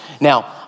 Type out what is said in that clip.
Now